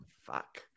Fuck